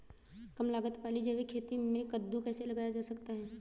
कम लागत वाली जैविक खेती में कद्दू कैसे लगाया जा सकता है?